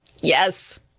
Yes